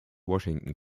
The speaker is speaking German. washington